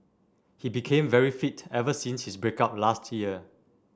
he became very fit ever since his break up last year